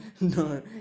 No